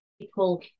people